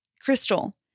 Crystal